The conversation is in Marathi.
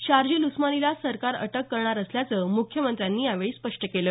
शाजिल उस्मानीला सरकार अटक करणारच असल्याचं मुख्यमंत्र्यांनी यावेळी स्पष्ट केलं